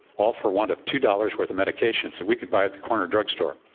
all for want of two dollars' worth of medications that we can buy at the corner drugstore.